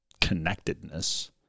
connectedness